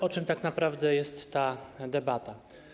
O czym tak naprawdę jest ta debata?